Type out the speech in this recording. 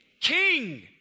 King